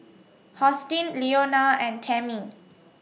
Hosteen Leona and Tammie